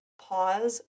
pause